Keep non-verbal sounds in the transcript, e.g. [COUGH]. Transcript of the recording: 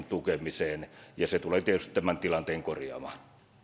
[UNINTELLIGIBLE] tukemiseen ja se tulee tietysti tämän tilanteen korjaamaan